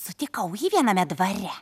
sutikau jį viename dvare